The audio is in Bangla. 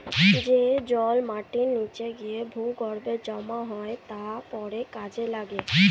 যে জল মাটির নিচে গিয়ে ভূগর্ভে জমা হয় তা পরে কাজে লাগে